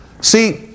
See